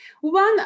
One